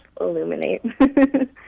illuminate